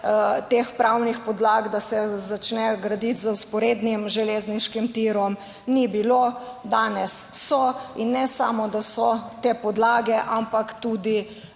teh pravnih podlag, da se začne graditi z vzporednim železniškim tirom, ni bilo. Danes so. In ne samo, da so te podlage, ampak tudi